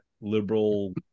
liberal